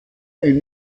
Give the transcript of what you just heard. ein